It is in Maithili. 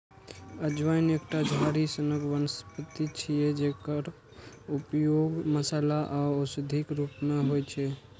अजवाइन एकटा झाड़ी सनक वनस्पति छियै, जकर उपयोग मसाला आ औषधिक रूप मे होइ छै